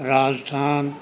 Rajasthan